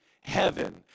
heaven